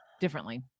differently